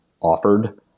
offered